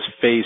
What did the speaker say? face